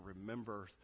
remember